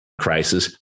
crisis